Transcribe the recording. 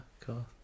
cool